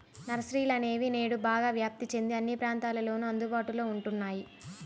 నర్సరీలనేవి నేడు బాగా వ్యాప్తి చెంది అన్ని ప్రాంతాలలోను అందుబాటులో ఉంటున్నాయి